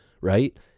right